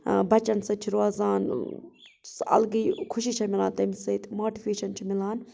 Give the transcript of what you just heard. بَچن سۭتۍ چھِ روزان الگٕے خوشی چھِ میلان تَمہِ سۭتۍ ماٹویشن چھِ میلان